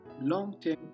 long-term